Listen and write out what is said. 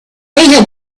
had